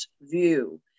view